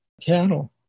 cattle